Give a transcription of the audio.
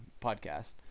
podcast